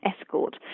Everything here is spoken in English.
escort